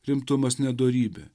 rimtumas ne dorybė